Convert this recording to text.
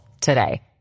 today